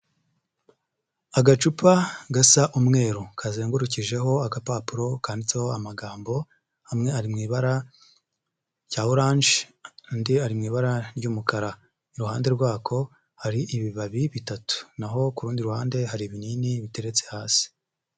Agacupa gasa umweru, kazengurukijeho agapapuro kanditseho amagambo amwe ari mu ibara rya oranje, andi ari mu ibara ry'umukara. Iruhande rwako, hari ibibabi bitatu. Na ho ku rundi ruhande hari ibinini biteretse hasi.